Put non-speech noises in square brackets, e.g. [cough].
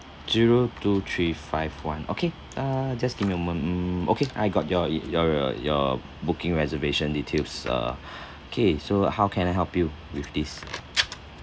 zero two three five one okay uh just give me a moment mm okay I got your your your booking reservation details uh [breath] okay so how can I help you with this